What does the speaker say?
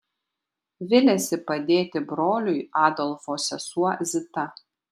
viliasi padėti broliui adolfo sesuo zita